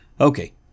Okay